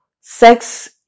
Sex